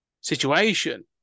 situation